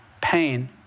pain